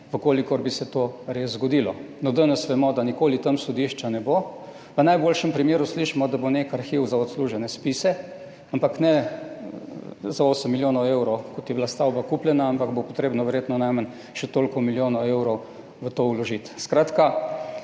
Če bi se to res zgodilo, danes vemo, da nikoli tam sodišča ne bo, v najboljšem primeru, slišimo, bo nek arhiv za odslužene spise, ampak ne za 8 milijonov evrov, kot je bila stavba kupljena, ampak bo potrebno verjetno najmanj še toliko milijonov evrov **55. TRAK: